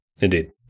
Indeed